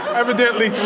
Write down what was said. evidently,